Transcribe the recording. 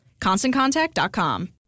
ConstantContact.com